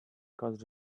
caused